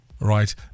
Right